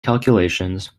calculations